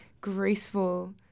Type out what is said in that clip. graceful